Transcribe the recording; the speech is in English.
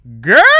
Girl